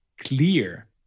clear